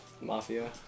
mafia